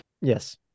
Yes